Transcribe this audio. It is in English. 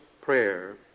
prayer